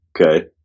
okay